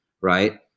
right